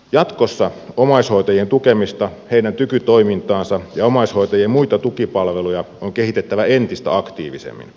jatkossa omaishoitajien tukemista heidän tykytoimintaansa ja omaishoitajien muita tukipalveluja on kehitettävä entistä aktiivisemmin